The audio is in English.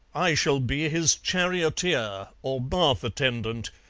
i shall be his charioteer or bath-attendant,